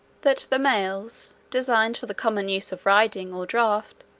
that the males, designed for the common use of riding or draught,